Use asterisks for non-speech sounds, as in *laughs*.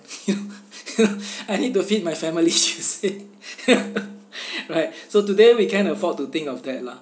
*laughs* you know you know I need to feed my family he'll say you know *breath* right so today we can afford to think of that lah